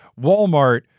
Walmart